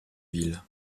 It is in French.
ville